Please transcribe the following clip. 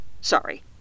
Sorry